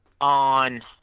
on